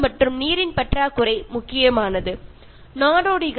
അത് ആ ആളുകളെ അലഞ്ഞു തിരിഞ്ഞു നടക്കുന്നവരാക്കി മാറ്റുന്നു